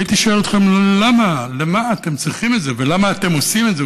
הייתי שואל אתכם למה: למה אתם צריכים את זה ולמה אתם עושים את זה?